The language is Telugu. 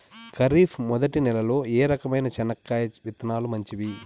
ఖరీఫ్ మొదటి నెల లో ఏ రకమైన చెనక్కాయ విత్తనాలు మంచివి